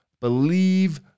believe